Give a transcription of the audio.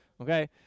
Okay